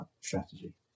strategy